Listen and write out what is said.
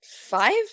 five